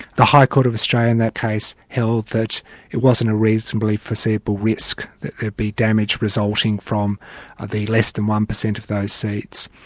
the high court of australia in that case held that it wasn't a reasonably foreseeable risk, that there'd be damage resulting from the less than one percent of those seeds.